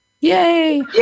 yay